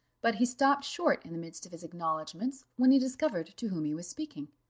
but he stopped short in the midst of his acknowledgments, when he discovered to whom he was speaking.